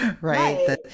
Right